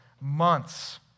months